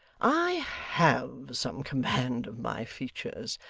i have some command of my features,